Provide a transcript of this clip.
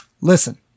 listen